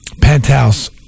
penthouse